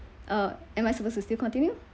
uh am I supposed to still continue